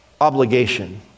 obligation